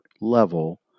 level